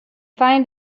find